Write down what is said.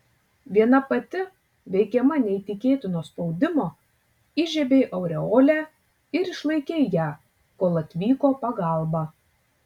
viena pati veikiama neįtikėtino spaudimo įžiebei aureolę ir išlaikei ją kol atvyko pagalba